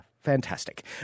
fantastic